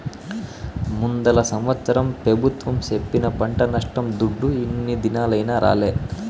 ముందల సంవత్సరం పెబుత్వం సెప్పిన పంట నష్టం దుడ్డు ఇన్ని దినాలైనా రాలే